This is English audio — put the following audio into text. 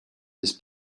his